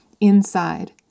inside